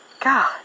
God